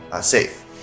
safe